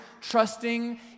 trusting